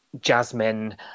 Jasmine